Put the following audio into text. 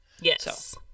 yes